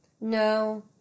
no